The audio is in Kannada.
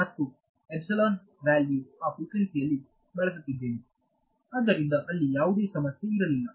ಮತ್ತು ಎಪ್ಸಿಲಾನ್ನ ವಾಲ್ಯು ಆ ಫ್ರಿಕ್ವೆನ್ಸಿ ನಲ್ಲಿ ಬಳಸುತ್ತಿದ್ದೇನೆ ಆದ್ದರಿಂದ ಅಲ್ಲಿ ಯಾವುದೇ ಸಮಸ್ಯೆ ಇರಲಿಲ್ಲ